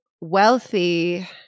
wealthy